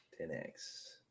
10x